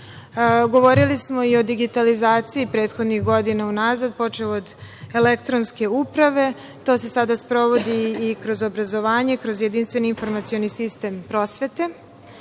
smo i digitalizaciji prethodnih godina unazad, počev od elektronske uprave. To se sada sprovodi i kroz obrazovanje, kroz jedinstveni informacioni sistem prosvete.